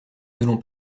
n’allons